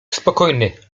spokojny